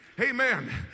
amen